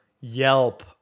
Yelp